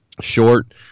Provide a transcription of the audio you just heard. short